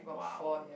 !wow!